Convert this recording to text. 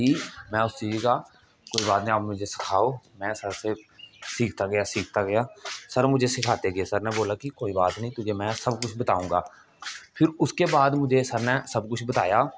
कि में उस चीज का कोई बात नेईं आप मुझे सिखाओ में सर से सीखता गया सीखता गया सर मुझे सिखाते गये सर सर ने बोला कि कोई बात नेई तुझे मैं सब कुछ बताउगां फिर उसके बाद मुझे सर ने सब कुछ बाताया